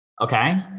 Okay